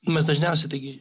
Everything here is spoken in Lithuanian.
nu mes dažniausiai taigi